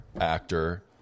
actor